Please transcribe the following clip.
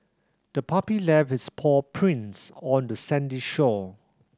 the puppy left its paw prints on the sandy shore